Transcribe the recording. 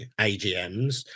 AGMs